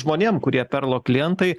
žmonėm kurie perlo klientai